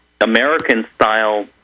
American-style